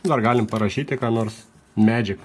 dar galim parašyti ką nors medžiagą